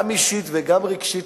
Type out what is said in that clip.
גם אישית וגם רגשית,